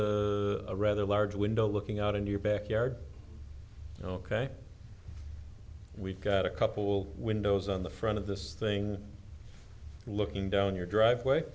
is a rather large window looking out in your backyard ok we've got a couple windows on the front of this thing looking down your driveway